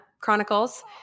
chronicles